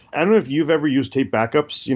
i don't know if you've ever used tape backups. you know